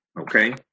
Okay